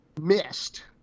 Missed